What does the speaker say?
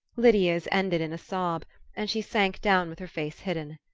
lydia's ended in sobs and she sank down with her face hidden.